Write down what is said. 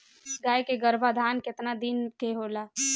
गाय के गरभाधान केतना दिन के होला?